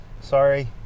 sorry